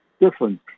different